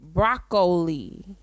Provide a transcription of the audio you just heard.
Broccoli